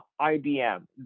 ibm